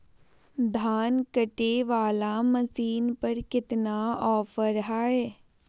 धान कटे बाला मसीन पर कितना ऑफर हाय?